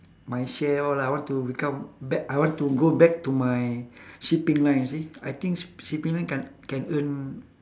my chef all lah I want to become back I want to go back to my shipping line you see I think shi~ shipping line can can earn